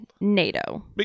NATO